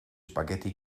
spaghetti